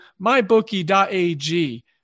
MyBookie.ag